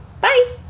Bye